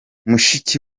mushiki